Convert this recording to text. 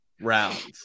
rounds